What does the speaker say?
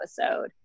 episode